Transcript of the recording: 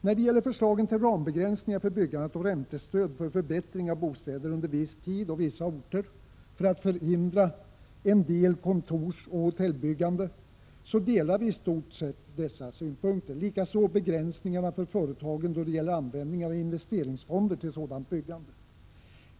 När det gäller förslagen till rambegränsningar för byggandet och räntestöd för förbättringar av bostäder under viss tid och på vissa orter — för att förhindra en del kontorsoch hotellbyggande — delar vi i stort sett utskottsmajoritetens synpunkter. Likaså delar vi synpunkterna på begränsningarna för företagen då det gäller användningen av investeringsfonder till sådant byggande.